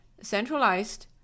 centralized